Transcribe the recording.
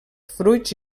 fruits